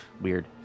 weird